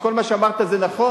שכל מה שאמרת זה נכון?